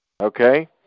Okay